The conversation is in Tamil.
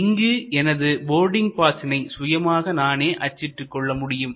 இங்கு எனது போர்டிங் பாஸினை சுயமாக நானே அச்சிட்டுக் கொள்ள முடியும்